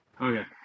Okay